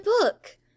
book